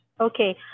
Okay